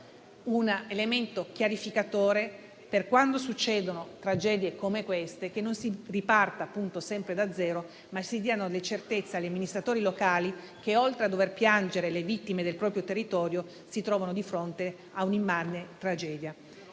un elemento chiarificatore, affinché quando succedono tragedie come queste non si riparta sempre da zero, ma si diano certezze a quegli amministratori locali che, oltre a dover piangere le vittime del proprio territorio, si trovano di fronte un'immane tragedia.